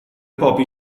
bobi